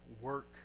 work